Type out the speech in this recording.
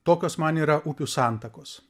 tokios man yra upių santakos